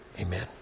Amen